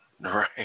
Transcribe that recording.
Right